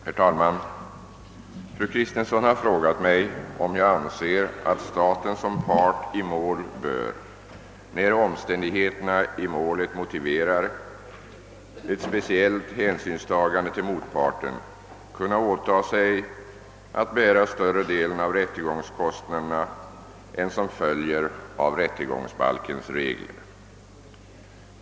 Herr talman! Fru Kristensson har frågat mig om jag anser att staten som part i mål bör — när omständigheterna i målet motiverar ett speciellt hänsynstagande till motparten — kunna åta sig att bära större del av rättegångskostnaderna än som följer av rättegångsbalkens regler.